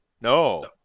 No